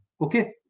okay